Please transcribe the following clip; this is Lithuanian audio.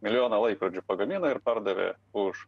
milijoną laikrodžių pagamina ir pardavė už